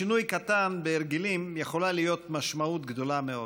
לשינוי קטן בהרגלים יכולה להיות משמעות גדולה מאוד.